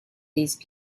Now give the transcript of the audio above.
these